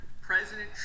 President